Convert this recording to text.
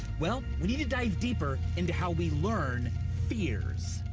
well, we need to dive deeper into how we learn fears.